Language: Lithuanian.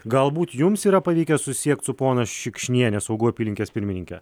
galbūt jums yra pavykę susisiekti su ponia šikšniene saugų apylinkės pirmininke